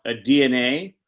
ah dna.